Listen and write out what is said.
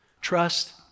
trust